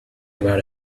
about